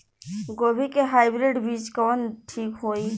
गोभी के हाईब्रिड बीज कवन ठीक होई?